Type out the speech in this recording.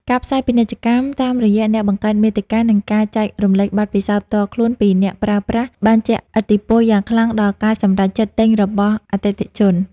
ការផ្សាយពាណិជ្ជកម្មតាមរយះអ្នកបង្កើតមាតិការ និងការចែករំលែកបទពិសោធន៍ផ្ទាល់ខ្លួនពីអ្នកប្រើប្រាស់ បានជះឥទ្ធិពលយ៉ាងខ្លាំងដល់ការសម្រេចចិត្តទិញរបស់អតិថិជន។